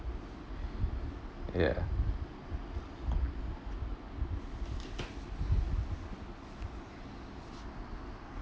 ya